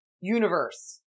universe